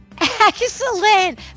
Excellent